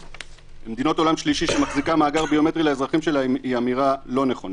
מדינות עולם שלישי שמחזיקה מאגר ביומטרי לאזרחים שלהם אינה נכונה.